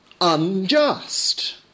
unjust